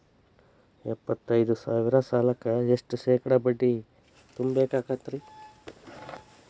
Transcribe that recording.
ಎಪ್ಪತ್ತೈದು ಸಾವಿರ ಸಾಲಕ್ಕ ಎಷ್ಟ ಶೇಕಡಾ ಬಡ್ಡಿ ತುಂಬ ಬೇಕಾಕ್ತೈತ್ರಿ?